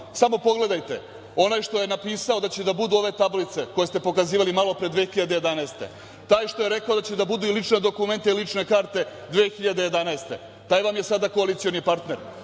samo pogledajte, onaj što je napisao da će da budu ove tablice koje ste pokazivali malopre 2011. godine, taj što je rekao da će da budu i lična dokumenta i lične karte 2011. godine, taj vam je sada koalicioni partner,